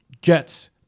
Jets